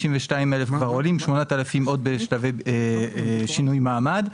52,000 כבר עולים, 8,000 עוד בשלבי שינוי מעמד.